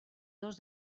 dos